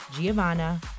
Giovanna